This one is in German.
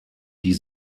die